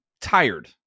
tired